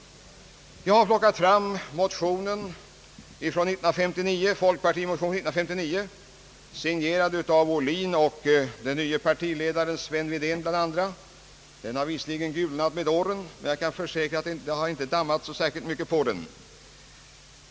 Jag har plockat fram folkpartimotionen från år 1959. Den är signerad av herr Ohlin och den nye partiledaren herr Wedén. Den har visserligen gulnat med åren, men jag kan försäkra att det inte har lägrat sig så särskilt mycket damm på den.